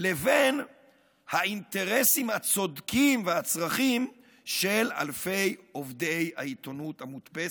לבין האינטרסים הצודקים והצרכים של אלפי עובדי העיתונות המודפסת.